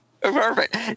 Perfect